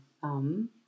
thumb